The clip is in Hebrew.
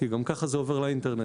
כי גם כך זה עובר לאינטרנט,